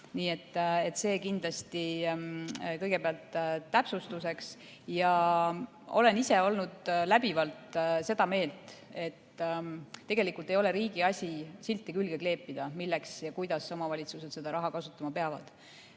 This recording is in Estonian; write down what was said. Nii palju kõigepealt täpsustuseks. Ma olen ise alati olnud seda meelt, et tegelikult ei ole riigi asi silti külge kleepida, milleks ja kuidas omavalitsused seda raha kasutama peavad.